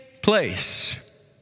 place